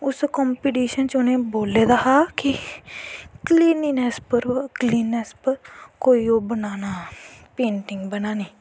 उस कंपिटिशन बिच्च उनैं बोल्ले दा हा कि क्लिनिंग नैस्स पर ओह् पेंटिंग बनानी